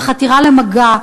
החתירה למגע,